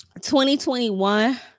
2021